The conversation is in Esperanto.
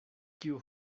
kiu